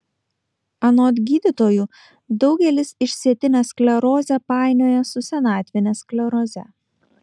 anot gydytojų daugelis išsėtinę sklerozę painioja su senatvine skleroze